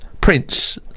prince